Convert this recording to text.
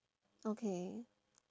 okay